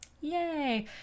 Yay